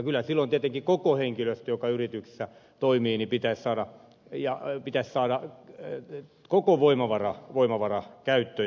kyllä silloin tietenkin koko henkilöstö joka yrityksessä toimii pitää sarah ja pidä sarah löytyy pitäisi saada voimavarana käyttöön